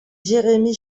jérémy